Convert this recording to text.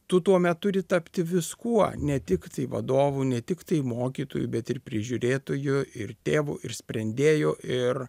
tu tuomet turi tapti viskuo ne tik vadovu ne tiktai mokytoju bet ir prižiūrėtoju ir tėvu ir sprendėju ir